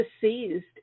seized